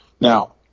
now